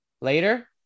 later